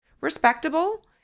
respectable